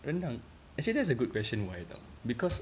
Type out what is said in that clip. rendang actually that's a good question why tau because